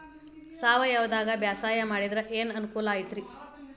ಸಾವಯವದಾಗಾ ಬ್ಯಾಸಾಯಾ ಮಾಡಿದ್ರ ಏನ್ ಅನುಕೂಲ ಐತ್ರೇ?